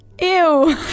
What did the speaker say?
Ew